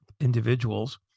individuals